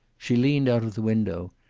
she leaned out of the window.